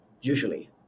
usually